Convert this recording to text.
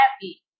happy